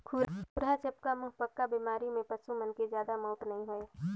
खुरहा चपका, मुहंपका बेमारी में पसू मन के जादा मउत नइ होय